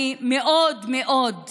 אני אומרת את זה מאוד מאוד